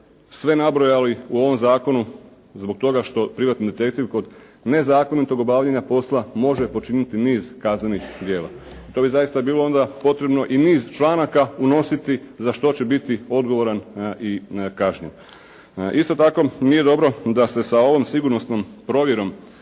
sve nabrojali u ovom zakonu zbog toga što privatni detektiv kod nezakonitog obavljanja posla može počiniti niz kaznenih djela. Tu bi zaista bilo onda potrebno i niz članaka unositi za što će biti odgovoran i kažnjen. Isto tako nije dobro da se sa ovom sigurnosnom provjerom